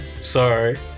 Sorry